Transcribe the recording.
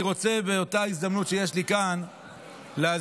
אני רוצה באותה הזדמנות שיש לי כאן להזכיר,